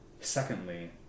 secondly